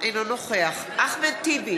אינו נוכח אחמד טיבי,